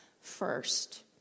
first